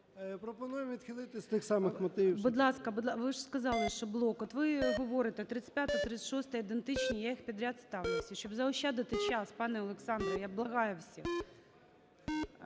Пропонуємо відхилити з тих самих мотивів. ГОЛОВУЮЧИЙ. Будь ласка, ви ж сказали, що блок. От, ви говорите, 35-а, 36-а – ідентичні, я їх підряд ставлю, щоб заощадити час, пане Олександре, я благаю.